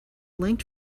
linked